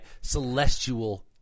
celestial